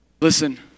Listen